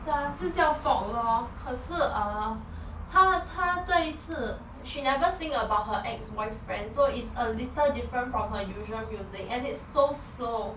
是啊是叫 folklore 可是 uh 她她这一次 she never sing about her ex boyfriend so it's a little different from her usual music and it's so slow